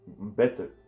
better